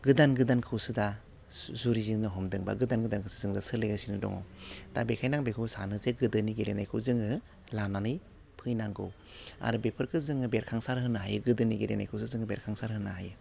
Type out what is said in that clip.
गोदान गोदानखौसो दा सु जुरिजेननो हमदों बा गोदोन गोदानखौसो जों सोलिनो सोलिगासिनो दङ दा बेखाययनो आं बेखौ सानो जे गोदोनि गेलेनायखौ जोङो लानानै फैनांगौ आरो बेफोरखौ जोङो बेरखांसार होनो हायो गोदोनि गेलेनायखौसो जोङो बेरखांसार होनो हायो